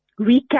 recap